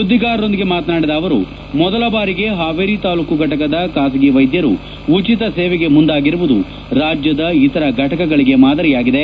ಸುದ್ಲಿಗಾರರೊಂದಿಗೆ ಮಾತನಾಡಿದ ಅವರು ಮೊದಲ ಬಾರಿಗೆ ಹಾವೇರಿ ತಾಲ್ಲೂಕು ಘಟಕದ ಖಾಸಗಿ ವೈದ್ಯರು ಉಚಿತ ಸೇವೆಗೆ ಮುಂದಾಗಿರುವುದು ರಾಜ್ಯದ ಇತರ ಘಟಕಗಳಿಗೆ ಮಾದರಿಯಾಗಿದೆ